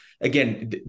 again